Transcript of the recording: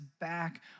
back